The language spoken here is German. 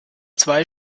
zwei